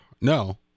no